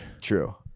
True